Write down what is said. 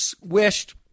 wished